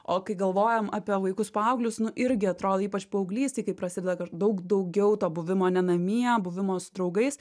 o kai galvojam apie vaikus paauglius nu irgi atrodo ypač paauglystėj kai prasideda kaš daug daugiau to buvimo ne namie buvimo su draugais